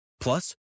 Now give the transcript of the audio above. Plus